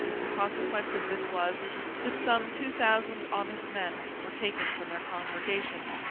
the consequence of this was that some two thousand honest men were taken from their congregations,